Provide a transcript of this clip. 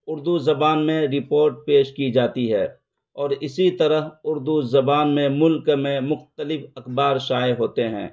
اردو زبان میں رپورٹ پیش کی جاتی ہے اور اسی طرح اردو زبان میں ملک میں مختلف اخبار شائع ہوتے ہیں